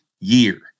year